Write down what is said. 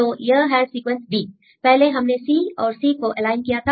तो यह है सीक्वेंस b पहले हमने C औरC को एलाइन किया था